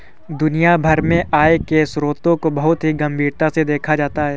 दुनिया भर में आय के स्रोतों को बहुत ही गम्भीरता से देखा जाता है